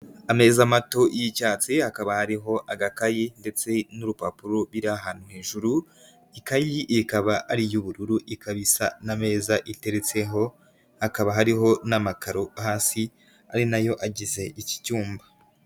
Ameza mato y'icyatsi hakaba hariho agakayi ndetse n'urupapuro biri ahantu hejuru, ikayi ikaba ari iy'ubururu ikaba isa n'ameza iteretseho hakaba hariho n'amakaro hasi ari na yo agize iki cyumba.